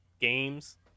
games